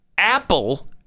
Apple